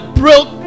broke